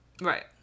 Right